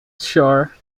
shore